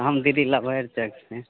हम दीदी लभैर चेक से